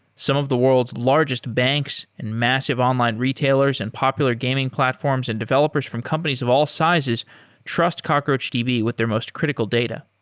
some of the world's largest banks and massive online retailers and popular gaming platforms and developers from companies of all sizes trust cockroachdb with their most critical data.